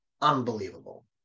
unbelievable